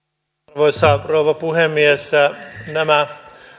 arvoisa rouva puhemies nämä